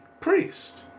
priest